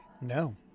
No